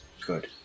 Good